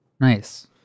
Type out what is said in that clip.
Nice